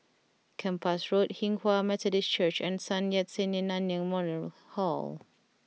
Kempas Road Hinghwa Methodist Church and Sun Yat Sen Nanyang Memorial Hall